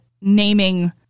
naming